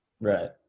right